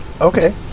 Okay